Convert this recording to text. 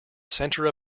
center